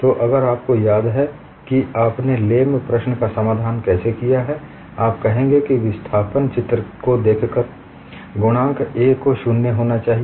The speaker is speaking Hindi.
तो अगर आपको याद है कि आपने लेम प्रश्न का समाधान कैसे किया है आप कहेंगे कि विस्थापन चित्र को देखकर गुणांक A को 0 होना चाहिए